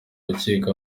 rukiko